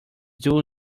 due